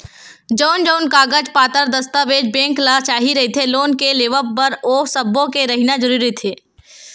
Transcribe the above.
जउन जउन कागज पतर दस्ताबेज बेंक ल चाही रहिथे लोन के लेवब बर ओ सब्बो के रहिना जरुरी रहिथे